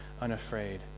unafraid